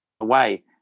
away